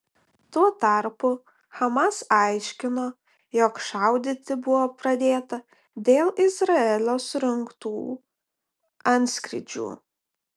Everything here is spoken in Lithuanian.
tuo tarpu hamas aiškino jog šaudyti buvo pradėta dėl izraelio surengtų antskrydžių